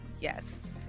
Yes